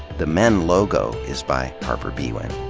the men logo is by harper biewen.